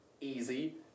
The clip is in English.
easy